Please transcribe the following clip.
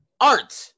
Art